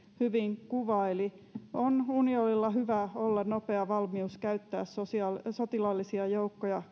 hyvin kuvaili on unionilla hyvä olla nopea valmius käyttää sotilaallisia joukkoja